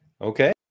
Okay